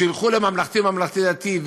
שילכו לממלכתי או לממלכתי-דתי,